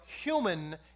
human